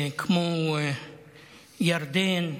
כמו ירדן,